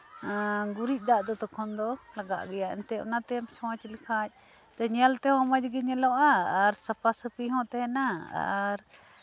ᱮᱸᱫ ᱜᱩᱨᱤᱡ ᱫᱟᱜ ᱫᱚ ᱮᱸᱫ ᱛᱚᱠᱷᱚᱱ ᱫᱚ ᱠᱤᱱᱛᱩ ᱞᱟᱜᱟᱜ ᱜᱮᱭᱟ ᱮᱱᱛᱮ ᱚᱱᱟᱛᱮᱢ ᱪᱷᱚᱸᱪ ᱞᱮᱠᱷᱟᱱ ᱮᱱᱛᱮ ᱧᱮᱞ ᱛᱮᱦᱚᱸ ᱢᱚᱸᱡᱽ ᱜᱮ ᱧᱮᱞᱚᱜᱼᱟ ᱥᱟᱯᱷᱟᱼᱥᱟᱯᱷᱤ ᱦᱚᱸ ᱛᱟᱦᱮᱱᱟ ᱟᱨ